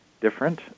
different